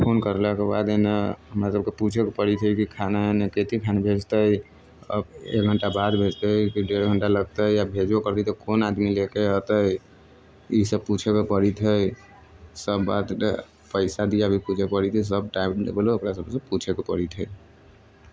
आओर फोन करलाके बाद एहिमे हमरा सबके पूछऽके पड़ै छै कि खाना कतेखन भेजतै अब एक घन्टा बाद भेजतै कि डेढ़ घन्टा लगतै या भेजबो करतै तऽ कोन आदमी लऽकऽ अएतै ईसब पूछैके पड़ैत हइ सब बाद पइसा दिआबऽके पड़ैत छै ओकरा सबके पूछैके पड़ैत हइ